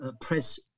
press